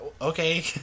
Okay